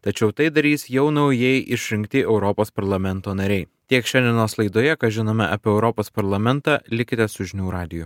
tačiau tai darys jau naujai išrinkti europos parlamento nariai tiek šiandienos laidoje ką žinome apie europos parlamentą likite su žinių radiju